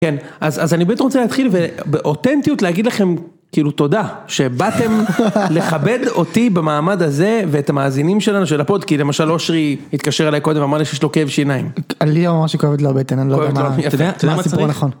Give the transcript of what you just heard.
כן, אז אני באמת רוצה להתחיל ובאותנטיות להגיד לכם כאילו תודה שבאתם לכבד אותי במעמד הזה ואת המאזינים שלנו של הפוד כי, למשל אושרי התקשר אליי קודם ואמר לי שיש לו כאב שיניים. אה לי הוא אמר שכואבת לו בטן, אני לא יודע מה הסיפור נכון.